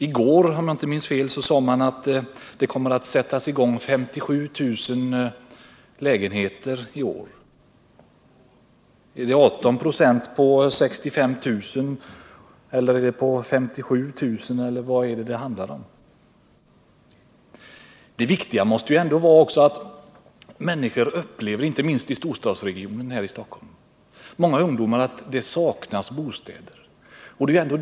I går sade man att det kommer att sättas i gång 57 000 lägenheter i år. Är det 18 96 på 65 000, på 57 000, eller vad handlar det om? Det viktiga måste ändå vara att människor, många ungdomar, inte minst i storstadsregionen här i Stockholm, upplever att det saknas bostäder.